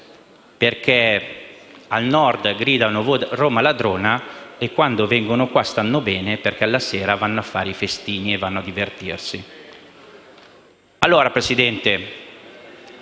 perché al Nord gridano «Roma ladrona» e quando vengono qui stanno bene, perché la sera vanno a fare i festini e vanno a divertirsi”. Signor Presidente,